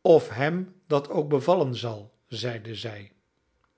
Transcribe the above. of hem dat ook bevallen zal zeide zij